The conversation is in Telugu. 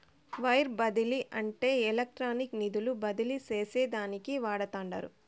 వైర్ బదిలీ అంటే ఎలక్ట్రానిక్గా నిధులు బదిలీ చేసేదానికి వాడతండారు